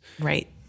Right